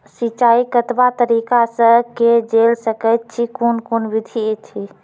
सिंचाई कतवा तरीका सअ के जेल सकैत छी, कून कून विधि ऐछि?